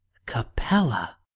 capella.